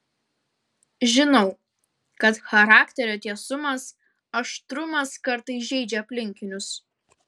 žinau kad charakterio tiesumas aštrumas kartais žeidžia aplinkinius